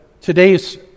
today's